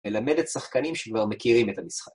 ללמד את שחקנים שכבר מכירים את המשחק.